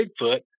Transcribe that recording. Bigfoot